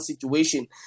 situation